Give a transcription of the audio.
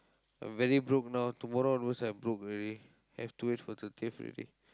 I'm very broke now tomorrow onwards I broke already have to wait for thirtieth already